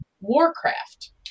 Warcraft